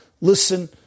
listen